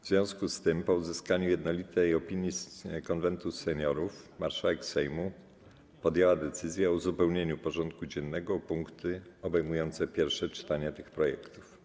W związku z tym, po uzyskaniu jednolitej opinii Konwentu Seniorów, marszałek Sejmu podjęła decyzję o uzupełnieniu porządku dziennego o punkty obejmujące pierwsze czytania tych projektów.